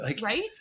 right